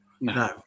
No